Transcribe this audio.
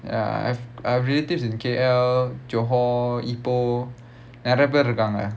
ya I have uh relatives in K_L johor ipoh நிறைய பேரு இருகாங்க:niraiya peru irukkaanga